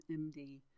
MD